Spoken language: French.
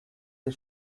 des